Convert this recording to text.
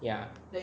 ya